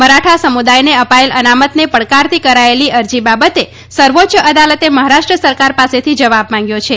મરાઠા સમુદાયને અપાયેલ અનામતને પડકારતી કરાયેલી અરજી બાબતે સર્વોચ્ય અદાલતે મહારાષ્ટ્ર સરકાર પાસેથી જવાબ માંગ્યો છે